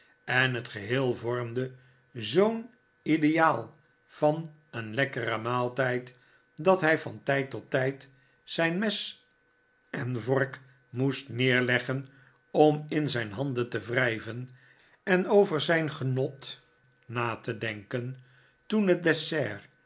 en het geheel vormde zoo'n ideaal van een lekkeren maaltijd dat hij van tijd tot tijd zijn mes de nieuwe leerling en vork moest neerleggen om in zijn handen te wrijven en over zijn genot na te denken toen net dessert